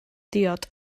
diod